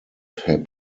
herr